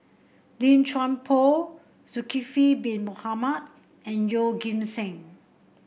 Lim Chuan Poh Zulkifli Bin Mohamed and Yeoh Ghim Seng